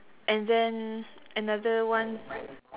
and then another one